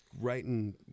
writing